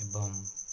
ଏବଂ